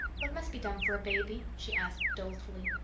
what must be done for a baby? she asked dolefully.